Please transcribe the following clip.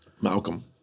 Malcolm